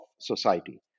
society